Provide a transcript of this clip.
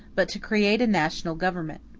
but to create a national government.